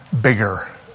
bigger